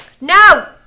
No